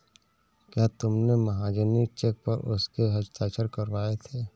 क्या तुमने महाजनी चेक पर उसके हस्ताक्षर करवाए थे?